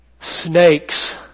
snakes